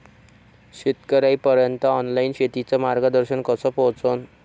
शेतकर्याइपर्यंत ऑनलाईन शेतीचं मार्गदर्शन कस पोहोचन?